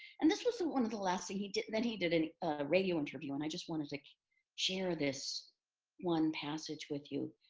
and this was so one of the last thing he did. and then he did a radio interview and i just wanted to share this one passage with you.